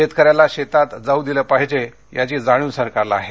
शेतकऱ्याला शेतात जाऊ दिलं पाहिजे याची जाणीव सरकारला आहे